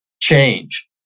change